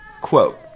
Quote